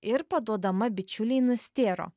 ir paduodama bičiulei nustėro